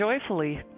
joyfully